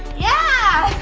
yeah.